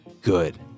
good